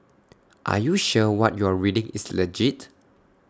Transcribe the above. are you sure what you're reading is legit